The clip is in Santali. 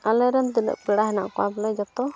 ᱟᱞᱮ ᱨᱮᱱ ᱛᱤᱱᱟᱹᱜ ᱯᱮᱲᱟ ᱦᱮᱱᱟᱜ ᱠᱚᱣᱟ ᱵᱚᱞᱮ ᱡᱚᱛᱚ